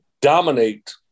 dominate